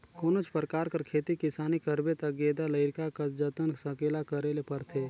कोनोच परकार कर खेती किसानी करबे ता गेदा लरिका कस जतन संकेला करे ले परथे